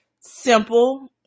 simple